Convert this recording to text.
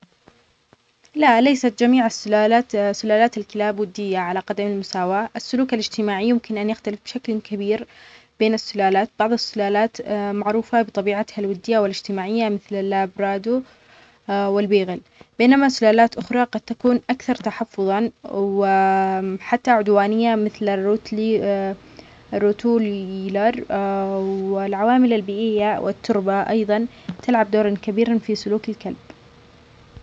لا ليست جميع السلالات سلالات الكلاب ودية على قدم المساواة فالسلوك الاجتماعي يمكن ان يختلف بشكل كبير بين السلالات بعض السلالات معروفة بطبيعتها الودية والاجتماعية مثل البرادو والبيغل بينما سلالات اخرى قد تكون اكثر تحفظا و حتى عدوانية مثل الروتلي والعوامل البيئية والتربة ايظًا تلعب دورًا كبيرًا في سلوك الكلب.